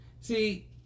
See